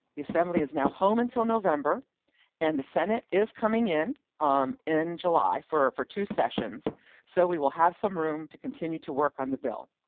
the assembly is now home until november and the senate is coming in um in july for a for two sessions so we will have some room to continue to work on the bill.